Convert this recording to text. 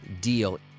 deal